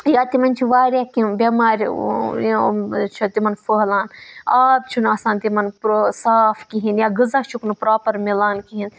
یا تِمَن چھِ واریاہ کینٛہہ بیمارِ چھِ تِمَن پھٔہلان آب چھُ نہٕ آسان تِمَن صاف کِہیٖنۍ یا غذا چھُکھ نہٕ پرٛوپَر مِلان کِہیٖنۍ